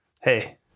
Hey